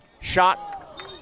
Shot